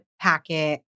packet